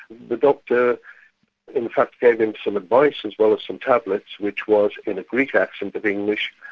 the doctor in fact, gave him some advice as well as some tablets, which was, in a greek accent of english,